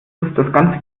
ganze